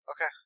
Okay